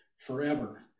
forever